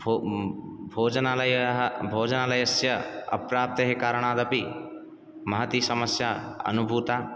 भो भोजनालयः भोजनालयस्य अप्राप्तेः कारणादपि महती समस्या अनुभूता